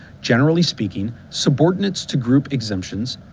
generally speaking, subordinates to group exemptions,